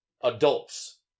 adults